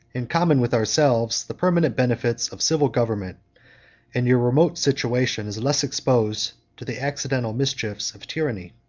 in common with yourselves, the permanent benefits of civil government and your remote situation is less exposed to the accidental mischiefs of tyranny.